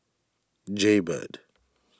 Jaybird